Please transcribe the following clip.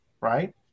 right